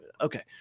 okay